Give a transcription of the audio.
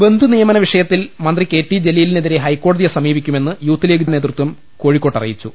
ബന്ധു നിയമന വിഷയത്തിൽ മന്ത്രി കെ ടി ജലീലിനെതിരെ ഹൈക്കോടതിയെ സമീപിക്കുമെന്ന് യൂത്ത് ലീഗ് നേതൃത്വം കോഴിക്കോട്ട് അറിയിച്ചു